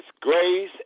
grace